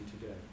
today